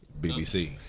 BBC